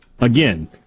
again